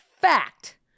fact